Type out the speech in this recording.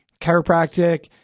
chiropractic